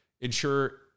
ensure